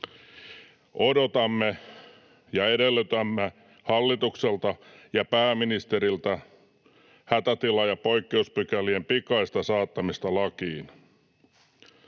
Odotamme ja edellytämme hallitukselta ja pääministeriltä hätätila- ja poikkeuspykälien pikaista saattamista lakiin.